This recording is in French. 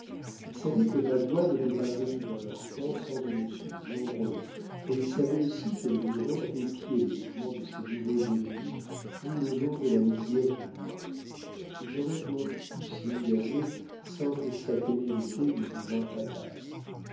il savait que magua n'était pas venu dans leur camp sans une suite nombreuse et il savait aussi que le huron épiait les mouvements de ses nouveaux ennemis tout le long de la lisière du bois il n'aurait donc pu s'y engager sans que sa témérité lui devint fatale